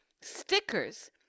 stickers